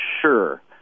Sure